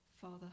Father